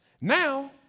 Now